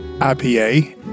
ipa